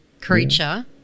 creature